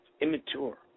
immature